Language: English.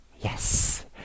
yes